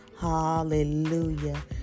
Hallelujah